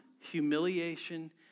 humiliation